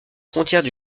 frontières